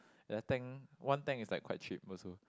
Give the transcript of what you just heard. ya tank one tank is like quite cheap also